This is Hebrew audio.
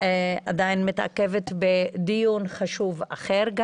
היא מתעכבת בדיון חשוב אחר.